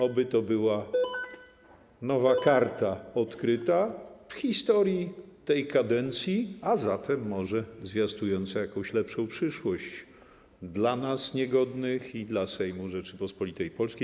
Oby to była nowa karta odkryta w historii tej kadencji, a zatem może zwiastująca jakąś lepszą przyszłość dla nas niegodnych i dla Sejmu Rzeczypospolitej Polskiej.